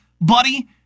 Buddy